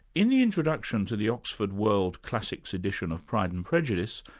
in the introduction to the oxford world classics edition of pride and prejudice,